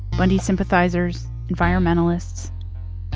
bundy sympathizers, environmentalists.